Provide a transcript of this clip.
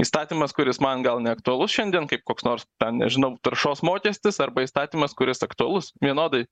įstatymas kuris man gal neaktualus šiandien kaip koks nors ten nežinau taršos mokestis arba įstatymas kuris aktualus vienodai